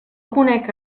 conec